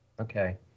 Okay